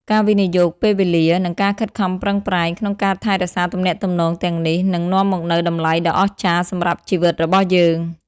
ការវិនិយោគពេលវេលា និងការខិតខំប្រឹងប្រែងក្នុងការថែរក្សាទំនាក់ទំនងទាំងនេះ នឹងនាំមកនូវតម្លៃដ៏អស្ចារ្យសម្រាប់ជីវិតរបស់យើង។